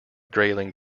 grayling